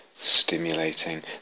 stimulating